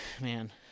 man